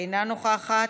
אינה נוכחת,